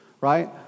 right